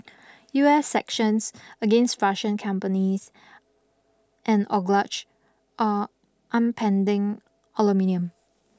U S sections against Russian companies and are aluminium